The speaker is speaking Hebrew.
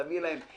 תביא להם.